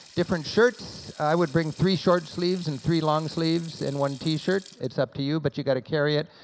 different shirts, i would bring three short sleeves, and three long sleeves, and one t-shirt, it's up to you, but you gotta carry it,